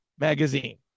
Magazine